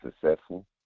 successful